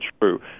true